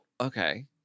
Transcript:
Okay